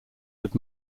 had